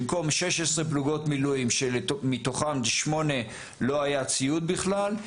במקום 16 פלוגות מילואים שמתוכן לשמונה לא היה ציוד בכלל,